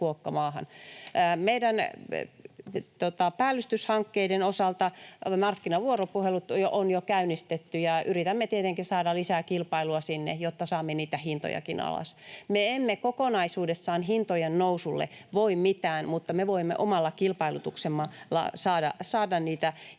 Meidän päällystyshankkeiden osalta markkinavuoropuhelut on jo käynnistetty, ja yritämme tietenkin saada lisää kilpailua sinne, jotta saamme hintojakin alas. Me emme kokonaisuudessaan hintojen nousulle voi mitään, mutta me voimme omalla kilpailutuksella saada hintoja